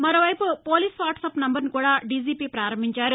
మరోవైపు police WhatsApp నంబర్ను కూడా దీజీపీ ప్రారంభించారు